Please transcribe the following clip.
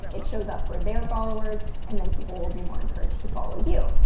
it shows up for their followers. and then people will be more encouraged to follow you.